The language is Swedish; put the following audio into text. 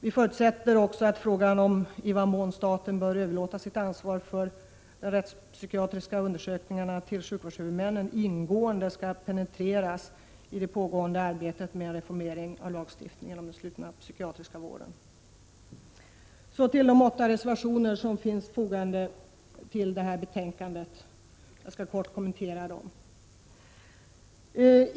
Vi förutsätter också att frågan om i vad mån staten bör överlåta sitt ansvar för de rättspsykiatriska undersökningarna till sjukvårdshuvudmännen ingående skall penetreras i det pågående arbetet med reformeringen av den slutna psykiatriska vården. Jag skall kort kommentera de åtta reservationer som är fogade vid detta betänkande.